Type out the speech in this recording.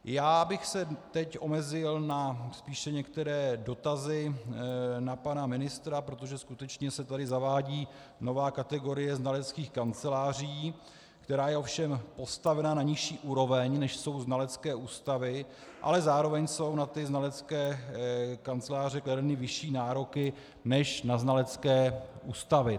Teď bych se omezil na spíše některé dotazy na pana ministra, protože skutečně se tady zavádí nová kategorie znaleckých kanceláří, která je ovšem postavena na nižší úroveň, než jsou znalecké ústavy, ale zároveň jsou na ty znalecké kanceláře kladeny vyšší nároky než na znalecké ústavy.